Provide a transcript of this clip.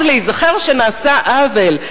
רק אז להיזכר שנעשה עוול.